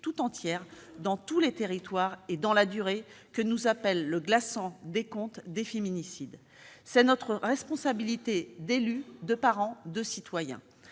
tout entière, dans tous les territoires et dans la durée, que nous appelle le glaçant décompte des féminicides. C'est notre responsabilité d'élus, de parents et de citoyens.